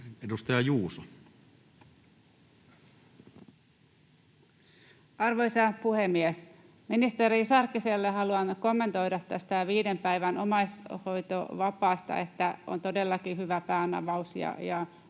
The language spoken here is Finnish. Content: Arvoisa puhemies! Ministeri Sarkkiselle haluan kommentoida tästä viiden päivän omaishoitovapaasta, että on todellakin hyvä päänavaus ja